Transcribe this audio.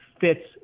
fits